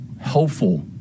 helpful